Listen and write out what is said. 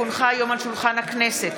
כי הונחה היום על שולחן הכנסת,